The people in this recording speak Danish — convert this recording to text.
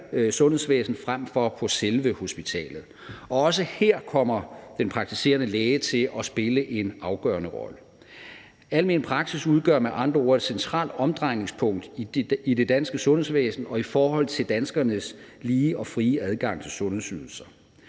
sundhedsvæsen, frem for på selve hospitalet. Også her kommer den praktiserende læge til at spille en afgørende rolle. Almen praksis udgør med andre ord et centralt omdrejningspunkt i det danske sundhedsvæsen og i forhold til danskernes lige og frie adgang til sundhedsydelser.